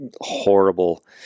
horrible